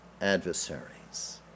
adversaries